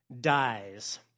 dies